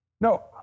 No